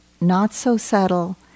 not-so-subtle